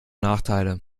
nachteile